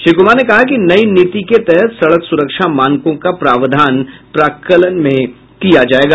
श्री कुमार ने कहा कि नयी नीति के तहत सड़क सुरक्षा मानकों का प्रावधान प्राक्कलन में किया जाएगा